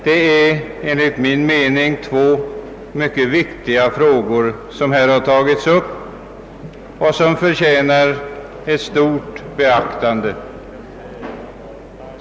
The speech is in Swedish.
Det är enligt min mening två mycket viktiga frågor, som förtjänar stort beaktande.